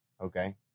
Okay